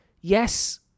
yes